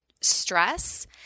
stress